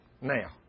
now